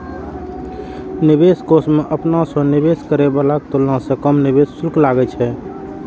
निवेश कोष मे अपना सं निवेश करै बलाक तुलना मे कम निवेश शुल्क लागै छै